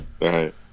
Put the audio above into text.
right